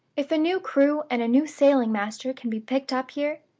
if a new crew and a new sailing-master can be picked up here,